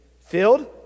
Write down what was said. filled